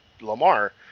Lamar